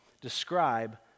describe